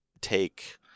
take